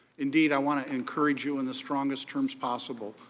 indeed, i want to encourage you in the strongest terms possible.